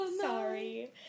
sorry